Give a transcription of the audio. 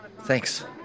Thanks